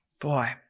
Boy